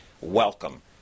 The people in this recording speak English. Welcome